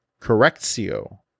Correctio